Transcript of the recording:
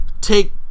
take